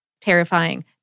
terrifying